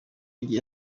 gihe